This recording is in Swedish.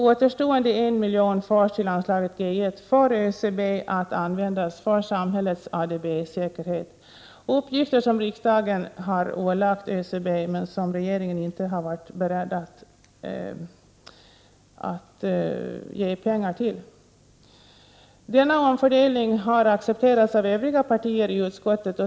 Återstående 1 miljon förs till anslaget G 1 för ÖCB att användas för samhällets ADB-säkerhet, uppgifter som riksdagen ålagt ÖCB, som regeringen inte varit beredd att ge pengar till. Denna omfördelning har accepterats av övriga partier i utskottet.